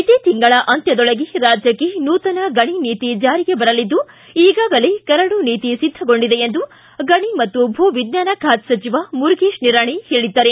ಇದೇ ತಿಂಗಳ ಅಂತ್ಯದೊಳಗೆ ರಾಜ್ಯಕ್ಷೆ ನೂತನ ಗಣಿ ನೀತಿ ಜಾರಿಗೆ ಬರಲಿದ್ದು ಈಗಾಗಲೇ ಕರಡು ನೀತಿ ಸಿದ್ದಗೊಂಡಿದೆ ಎಂದು ಗಣಿ ಮತ್ತು ಭೂವಿಜ್ಞಾನ ಖಾತೆ ಸಚಿವ ಮುರುಗೇಶ ನಿರಾಣಿ ತಿಳಿಸಿದ್ದಾರೆ